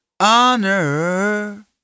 honor